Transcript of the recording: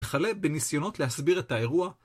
כלה בניסיונות להסביר את האירוע